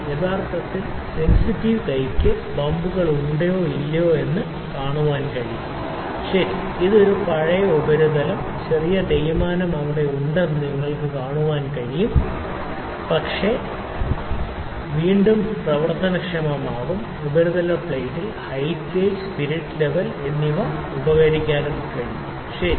യഥാർത്ഥത്തിൽ സെൻസിറ്റീവ് കൈയ്ക്ക് ബമ്പുകൾ ഉണ്ടോ ഇല്ലയോ എന്ന് കാണാൻ കഴിയും ശരി ഇതൊരു പഴയ ഉപരിതല തലം ചെറിയ തേയ്മാനം ഇവിടെ ഉണ്ടെന്ന് നിങ്ങൾക്ക് കാണാൻ കഴിയും ശരി പക്ഷേ ഇത് വീണ്ടും പ്രവർത്തനക്ഷമമാകും ഉപരിതല പ്ലേറ്റിൽ ഹയിറ്റ് ഗേജ് സ്പിരിറ്റ് ലെവൽ മറ്റ് ഉപകരണം എന്നിവ ഉപയോഗിക്കുക ശരി